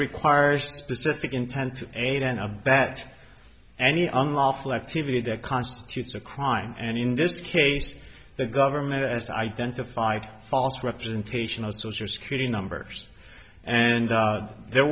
require specific intent aid and abet any unlawful activity that constitutes a crime and in this case the government as identified false representation of social security numbers and out there